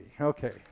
okay